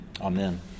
Amen